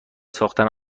ساختن